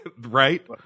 Right